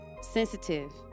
sensitive